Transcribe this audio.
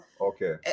okay